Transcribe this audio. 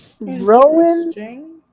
Rowan